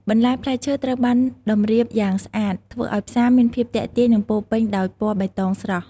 បន្លែ ផ្លែឈើ ត្រូវបានតម្រៀបយ៉ាងស្អាត ធ្វើឱ្យផ្សារមានភាពទាក់ទាញ និងពោរពេញដោយពណ៌បៃតងស្រស់។